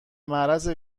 معرض